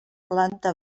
planta